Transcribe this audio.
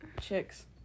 chicks